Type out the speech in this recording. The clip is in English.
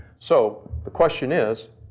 so the question is,